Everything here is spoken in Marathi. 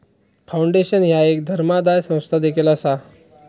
फाउंडेशन ह्या एक धर्मादाय संस्था देखील असा